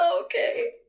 okay